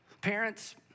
Parents